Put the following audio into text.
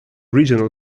regional